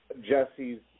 Jesse's